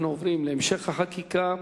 אנחנו עוברים להמשך החקיקה: